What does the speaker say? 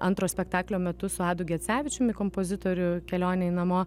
antro spektaklio metu su adu gecevičiumi kompozitoriu kelionėj namo